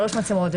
שלוש מצלמות.